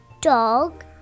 dog